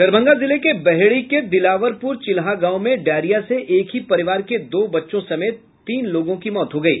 दरभंगा जिले के बहेड़ी के दिलावरपुर चिल्हा गांव में डायरिया से एक ही परिवार के दो बच्चों समेत तीन की मौत हो गयी